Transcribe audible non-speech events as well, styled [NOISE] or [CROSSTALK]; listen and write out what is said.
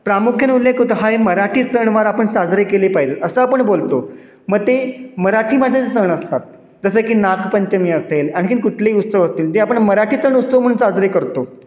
प्रामुख्याने उल्लेख हाय मराठी सणवार आपण साजरे केले पाहिजे असं आपण बोलतो मग ते मराठी [UNINTELLIGIBLE] सण असतात जसं की नागपंचमी असेल आणखीन कुठलेही उत्सव असतील जे आपण मराठी सण उत्सव म्हणून साजरे करतो